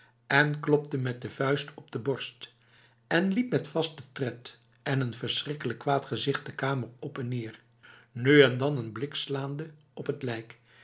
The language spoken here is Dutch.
en klopte met de vuist op de borst en liep met vaste tred en een verschrikkelijk kwaad gezicht de kamer op en neer nu en dan een blik slaande op het lijk